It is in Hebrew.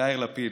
יאיר לפיד.